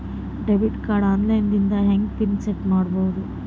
Debit card online ದಿಂದ ಹೆಂಗ್ pin set ಮಾಡೋದು?